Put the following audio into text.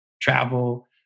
travel